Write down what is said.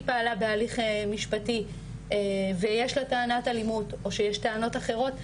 פעלה בהליך משפטי ויש לה טענת אלימות או שיש טענות אחרות,